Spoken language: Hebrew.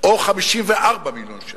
או 54 מיליון שקל.